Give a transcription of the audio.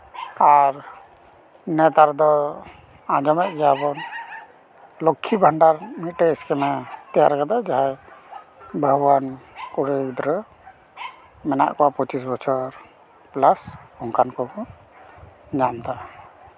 ᱟᱨ ᱱᱮᱛᱟᱨ ᱫᱚ ᱟᱸᱡᱚᱢᱮᱜ ᱜᱮᱭᱟᱵᱚᱱ ᱞᱚᱠᱠᱷᱤ ᱵᱷᱟᱱᱰᱟᱨ ᱢᱤᱫᱴᱤᱡ ᱤᱥᱠᱤᱢ ᱮ ᱛᱮᱭᱟᱨ ᱠᱟᱫᱟ ᱡᱟᱦᱟᱸ ᱵᱟᱹᱦᱩᱣᱟᱱ ᱠᱩᱲᱤ ᱜᱤᱫᱽᱨᱟᱹ ᱢᱮᱱᱟᱜ ᱠᱚᱣᱟ ᱯᱚᱸᱪᱤᱥ ᱵᱚᱪᱷᱚᱨ ᱯᱞᱟᱥ ᱚᱱᱠᱟᱱ ᱠᱚᱠᱚ ᱧᱟᱢᱫᱟ